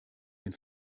den